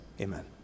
Amen